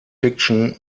fiction